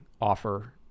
offer